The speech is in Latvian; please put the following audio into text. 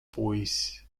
puisis